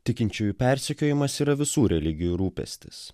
tikinčiųjų persekiojimas yra visų religijų rūpestis